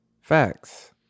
Facts